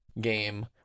game